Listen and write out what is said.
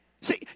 See